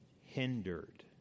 Hindered